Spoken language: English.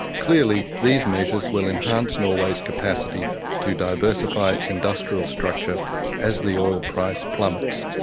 clearly, these measures will enhance norway's capacity to diversify its industrial structure as the oil price plummets.